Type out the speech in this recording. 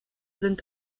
sind